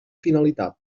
finalitat